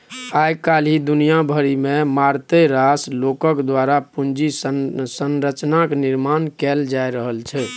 आय काल्हि दुनिया भरिमे मारिते रास लोकक द्वारा पूंजी संरचनाक निर्माण कैल जा रहल छै